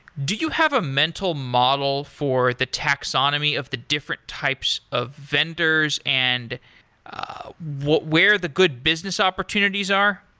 do you have a mental model for the taxonomy of the different types of vendors and where the good business opportunities are?